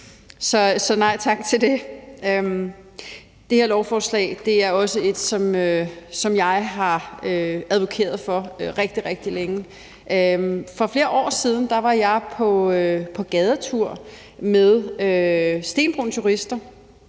Så nej tak til det. Det her lovforslag er også et, som jeg har advokeret for rigtig, rigtig længe. For flere år siden var jeg på gadetur med Stenbroens Jurister